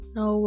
no